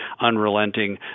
unrelenting